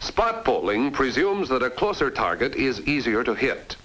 a spot bowling presumes that a closer target is easier to hit